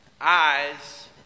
Eyes